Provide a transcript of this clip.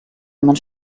man